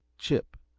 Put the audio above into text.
chip,